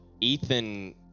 ethan